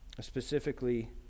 Specifically